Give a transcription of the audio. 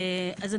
אז,